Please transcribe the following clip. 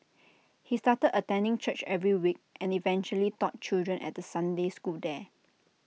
he started attending church every week and eventually taught children at the Sunday school there